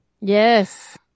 yes